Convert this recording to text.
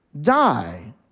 die